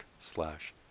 slash